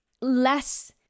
less